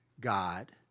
God